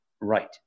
right